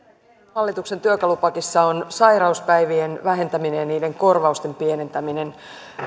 hallituksen työkalupakissa on sairauspäivien vähentäminen ja niiden korvausten pienentäminen